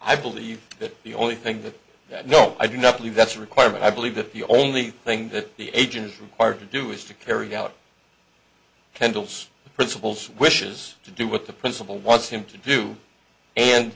i believe that the only thing that that no i do not believe that's required but i believe that the only thing that the agency required to do is to carry out candles principles wishes to do with the principle wants him to do and